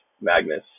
Magnus